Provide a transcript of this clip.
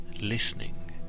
listening